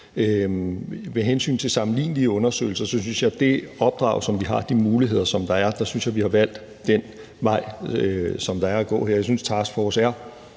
Med hensyn til sammenlignelige undersøgelser synes jeg, at vi med det opdrag, som vi har, og de muligheder, der er, har valgt den vej, der er at gå her. Jeg synes, at en